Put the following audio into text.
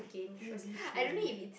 A_B_C_D